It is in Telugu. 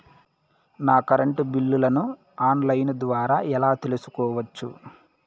నా కరెంటు బిల్లులను ఆన్ లైను ద్వారా ఎలా తెలుసుకోవచ్చు?